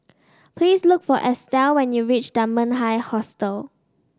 please look for Estell when you reach Dunman High Hostel